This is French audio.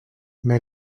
mais